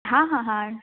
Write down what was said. हा हा हा